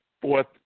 fourth